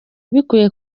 bikwiye